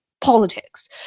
politics